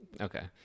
Okay